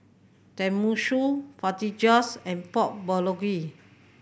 Tenmusu Fajitas and Pork Bulgogi